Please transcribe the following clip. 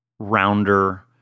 rounder